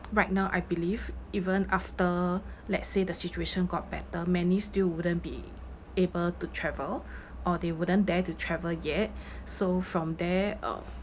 right now I believe even after let's say the situation got better many still wouldn't be able to travel or they wouldn't dare to travel yet so from there uh